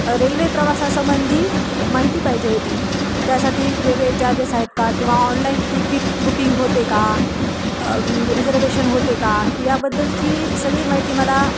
railway प्रवासासंबंधी माहिती पाहिजे होती त्यासाठी वेगळे चार्जेस आहेत का किंवा ऑनलाईन तिकीट बुकिंग होते का रिजर्वेशन होते का याबद्दलची सगळी माहिती मला